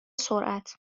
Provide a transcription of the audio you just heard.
سرعت